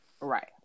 Right